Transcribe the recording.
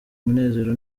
umunezero